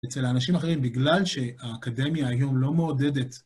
אצל אנשים אחרים, בגלל שהאקדמיה היום לא מעודדת.